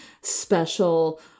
special